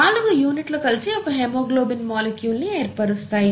నాలుగు యూనిట్లు కలిసి ఒక హెమోగ్లోబిన్ మాలిక్యూల్ ని ఏర్పరుస్తాయి